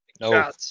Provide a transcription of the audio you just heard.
No